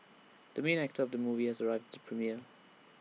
the main actor of the movie has arrived at the premiere